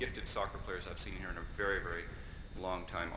gifted soccer players i've seen in a very very long time